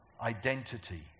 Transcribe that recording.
identity